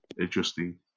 interesting